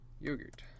yogurt